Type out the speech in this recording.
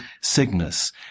Cygnus